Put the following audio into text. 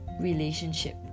relationship